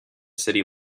city